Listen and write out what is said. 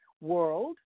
world